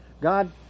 God